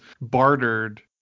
bartered